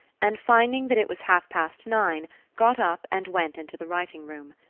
and finding that it was half-past nine got up and went into the writing-room.